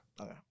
Okay